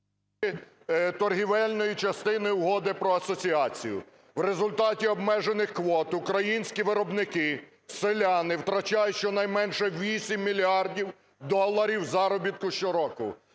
…торгівельної частини Угоди про асоціацію. В результаті обмежених квот українські виробники, селяни втрачають щонайменше 8 мільярдів доларів заробітку щороку.